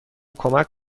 کمک